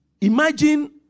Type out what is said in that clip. Imagine